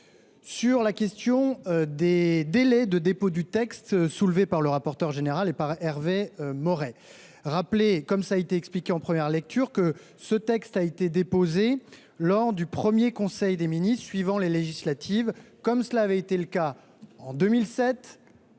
Concernant les délais de dépôt du texte évoqués par le rapporteur général et par Hervé Maurey, ainsi que cela a été expliqué en première lecture, ce texte a été déposé lors du premier conseil des ministres suivant les législatives, comme cela avait été le cas en 2007,